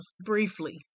briefly